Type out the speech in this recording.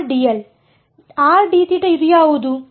R dθ ಇದು ಯಾವುದು